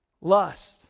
Lust